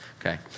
okay